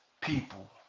people